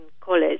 college